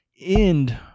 end